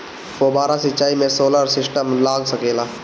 फौबारा सिचाई मै सोलर सिस्टम लाग सकेला?